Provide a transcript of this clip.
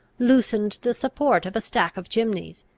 loosened the support of a stack of chimneys,